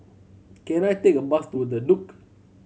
can I take a bus to The Duke